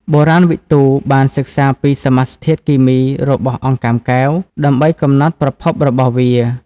បុរាណវិទូបានសិក្សាពីសមាសធាតុគីមីរបស់អង្កាំកែវ ដើម្បីកំណត់ប្រភពរបស់វា។